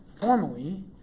formally